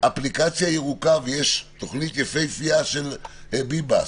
אפליקציה ירוקה, ויש תוכנית יפהפייה של ביבס.